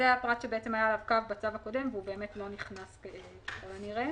אז זה היה פרט שהיה עליו קו בצו הקודם והוא לא נכנס ככל הנראה.